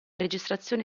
registrazioni